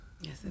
Yes